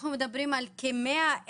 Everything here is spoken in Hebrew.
כל הכבוד לעמותות בחברה היהודית,